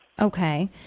Okay